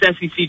SEC